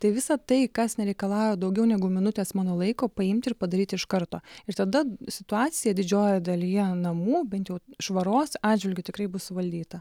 tai visa tai kas nereikalauja daugiau negu minutės mano laiko paimti ir padaryti iš karto ir tada situacija didžiojoje dalyje namų bent jau švaros atžvilgiu tikrai bus suvaldyta